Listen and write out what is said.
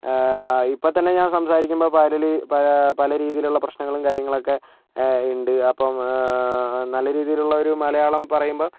ഇപ്പം തന്നെ ഞാൻ സംസാരിക്കുമ്പോൾ പലളി പല രീതിയിലുള്ള പ്രശ്നങ്ങളും കാര്യങ്ങളൊക്കെ ഉണ്ട് അപ്പം നല്ല രീതിയിലുള്ള ഒരു മലയാളം പറയുമ്പം